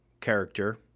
character